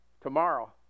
tomorrow